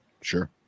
Sure